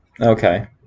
Okay